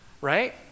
Right